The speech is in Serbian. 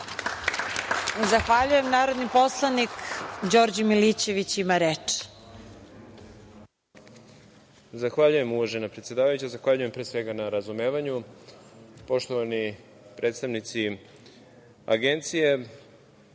Zahvaljujem. Reč ima narodni poslanik Đorđe Milićević ima reč.